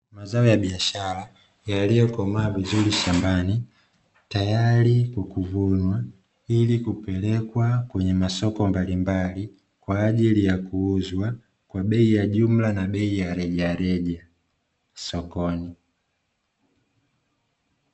Mazao ya biashara yaliyokomaa vizuri shambani tayari kwa kuvunwa, ili kupelekwa kwenye masoko mbalimbali. Kwa ajili ya kuuzwa kwa bei ya jumla na bei ya rejareja sokoni.